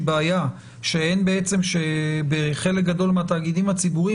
בעיה שבחלק גדול מהתאגידים הציבוריים,